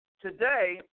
Today